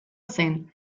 zen